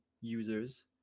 users